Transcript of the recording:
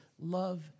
love